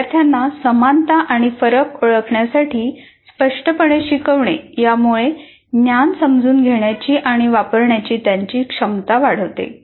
विद्यार्थ्यांना समानता आणि फरक ओळखण्यासाठी स्पष्टपणे शिकवणे यामुळे ज्ञान समजून घेण्याची आणि वापरण्याची त्यांची क्षमता वाढवते